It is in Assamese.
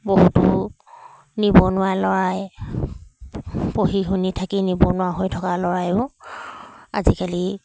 বহুতো নিবনুৱা ল'ৰাই পঢ়ি শুনি থাকি নিবনুৱা হৈ থকা ল'ৰায়ো আজিকালি